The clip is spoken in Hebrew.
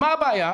מה הבעיה?